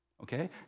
Okay